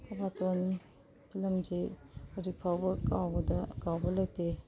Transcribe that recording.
ꯊꯕꯥꯇꯣꯟ ꯐꯤꯂꯝꯁꯤ ꯍꯧꯖꯤꯛ ꯐꯥꯎꯕ ꯀꯥꯎꯕ ꯂꯩꯇꯦ